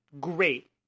Great